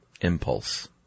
impulse